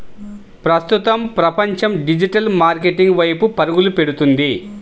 ప్రస్తుతం ప్రపంచం digital marketing వైపు పరుగులు పెడుతుంది